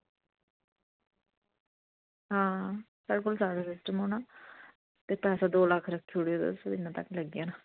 आं साढ़े कोल सारा सिस्टम होना ते पैसा दौं लक्ख रक्खी ओड़ेओ ते इन्ना हारा लग्गी जाना